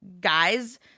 guys